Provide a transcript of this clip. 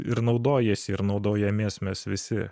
ir naudojasi ir naudojamės mes visi